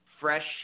fresh